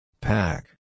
Pack